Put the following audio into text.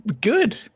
good